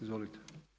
Izvolite.